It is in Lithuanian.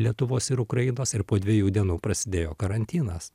lietuvos ir ukrainos ir po dviejų dienų prasidėjo karantinas